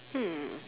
hmm